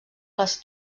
les